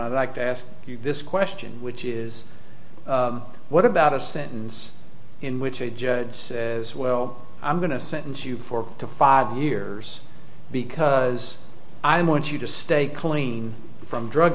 i'd like to ask you this question which is what about a sentence in which a judge says well i'm going to sentence you four to five years because i want you to stay clean from drug